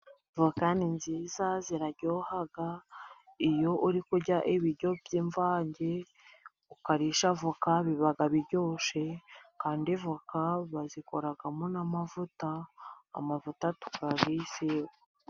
kandi nziza ziraryohaga iyo uri kurya ibiryo by'imvange ukarishavoka bibaga biryoshe kandivoka bazikoragamo n'amavuta amavuta a twavisi yose